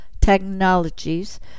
technologies